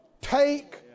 take